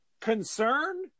Concern